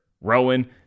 Rowan